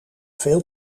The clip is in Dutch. veel